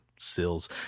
sills